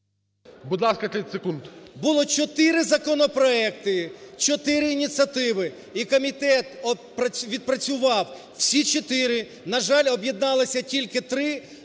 Було чотири законопроекти, чотири ініціативи. І комітет відпрацював всі чотири. На жаль, об'єднались тільки три.